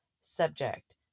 subject